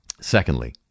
Secondly